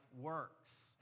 works